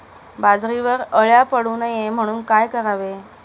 बाजरीवर अळ्या पडू नये म्हणून काय करावे?